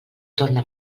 torna